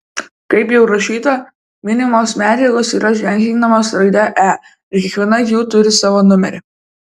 kaip jau rašyta minimos medžiagos yra ženklinamos raide e ir kiekviena jų turi savo numerį